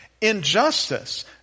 injustice